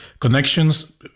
connections